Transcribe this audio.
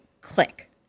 click